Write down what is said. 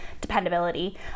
dependability